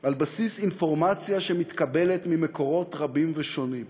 על בסיס אינפורמציה שמתקבלת ממקורות רבים ושונים,